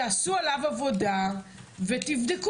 תעשו עליו עבודה ותבדקו.